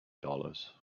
dollars